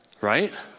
right